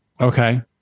Okay